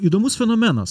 įdomus fenomenas